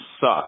suck